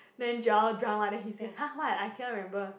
then Joel drunk mah he says !huh! what I cannot remember